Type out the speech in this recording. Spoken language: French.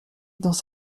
dans